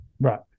right